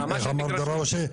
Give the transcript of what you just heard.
איך אמר דראושה?